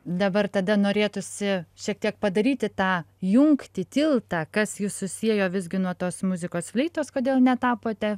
dabar tada norėtųsi šiek tiek padaryti tą jungtį tiltą kas jus susiejo visgi nuo tos muzikos fleitos kodėl netapote